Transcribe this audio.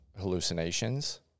hallucinations